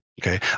Okay